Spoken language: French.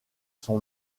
son